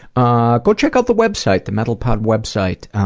ah go check out the website, the mental pod website.